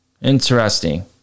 Interesting